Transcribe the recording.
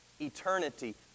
Eternity